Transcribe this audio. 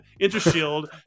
intershield